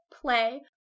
play